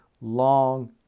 long